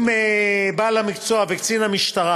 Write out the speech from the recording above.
על בעל המקצוע ועל קצין המשטרה